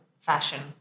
fashion